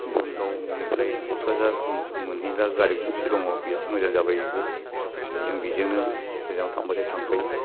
दुमगावनिफ्राय क'क्राझार मोनहैग्रा गारि गंसे दङ बिराद मोजां जाबाय इबो जों बिजोंनो गोजानाव थांब्लाथाय थांफायो